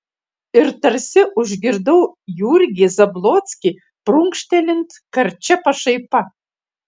ir tarsi užgirdau jurgį zablockį prunkštelint karčia pašaipa